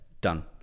Done